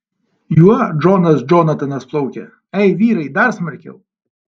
juo džonas džonatanas plaukia ei vyrai dar smarkiau